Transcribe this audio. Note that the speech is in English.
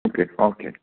okay okay